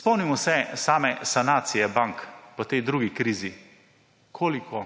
Spomnimo se same sanacije bank po tej drugi krizi, koliko